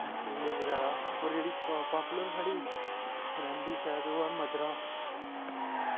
करेले बगैरा और जेह्ड़ी पॉपूलर साढ़ी रैमडीस ऐ ते ओह् ऐ मध्दरा